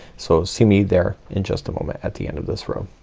so see me there in just a moment at the end of this row.